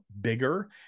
bigger